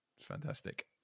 Fantastic